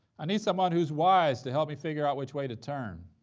i need someone who's wise to help me figure out which way to turn,